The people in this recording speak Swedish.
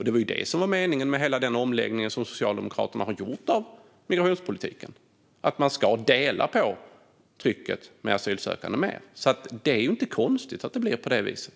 Det var också det som var meningen med hela den omläggning som Socialdemokraterna har gjort av migrationspolitiken: Man ska dela på trycket av asylsökande. Det är inte konstigt att det blir på det viset.